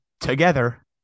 together